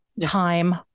Time